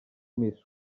miss